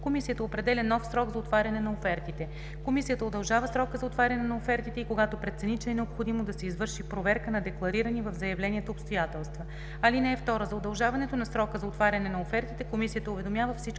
Комисията определя нов срок за отваряне на офертите. Комисията удължава срока за отваряне на офертите и когато прецени, че е необходимо да се извърши проверка на декларирани в заявленията обстоятелства. (2) За удължаването на срока за отваряне на офертите комисията уведомява всички